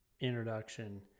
introduction